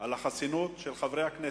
על החסינות של חברי הכנסת.